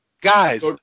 guys